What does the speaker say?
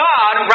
God